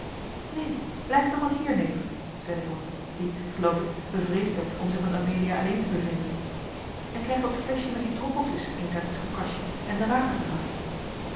neen blijf nog wat hier neef zeide tante die geloof ik bevreesd werd om zich met amelia alleen te bevinden en krijg dat fleschje met die droppeltjes eens uit het hoekkastje en de